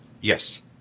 Yes